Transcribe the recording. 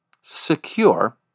secure